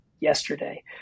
yesterday